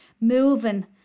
moving